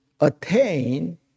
attain